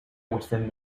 within